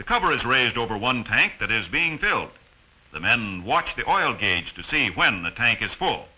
the cover is raised over one tank that is being filled the men watch the oil gauge to see when the tank is full